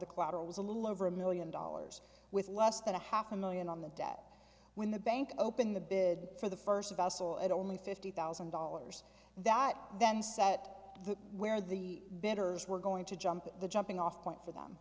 the collateral was a little over a million dollars with less than a half a million on the debt when the bank opened the bid for the first of us all at only fifty thousand dollars and that then sat the where the betters were going to jump the jumping off point for them